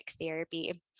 therapy